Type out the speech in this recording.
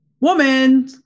woman